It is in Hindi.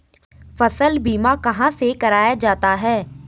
फसल बीमा कहाँ से कराया जाता है?